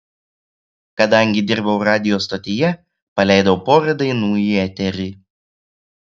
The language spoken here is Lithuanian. kadangi dirbau radijo stotyje paleidau porą dainų į eterį